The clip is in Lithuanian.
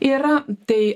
yra tai